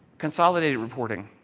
consolidated reporting